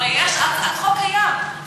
הרי החוק קיים.